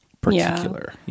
particular